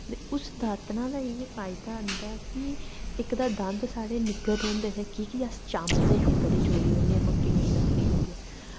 ते उस दातनै दा एह् फायदा होंदा कि ते इक ते साढ़े दंद निग्गर रौंह्दे हे की के अस चापदे हे बड़ी जोरी कन्नै मुट्टी नेहीं लकड़ी लेइयै